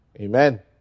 Amen